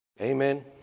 Amen